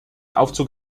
aufzug